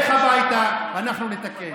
לך הביתה, אנחנו נתקן.